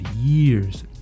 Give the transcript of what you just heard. years